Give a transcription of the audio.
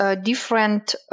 different